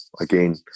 again